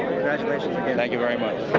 congratulations again. thank you very much.